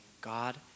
God